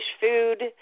food